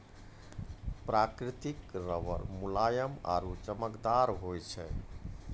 प्रकृतिक रबर मुलायम आरु चमकदार होय छै